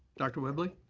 dr. whibley.